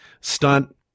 stunt